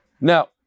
Now